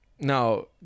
now